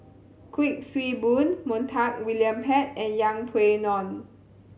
Kuik Swee Boon Montague William Pett and Yeng Pway Ngon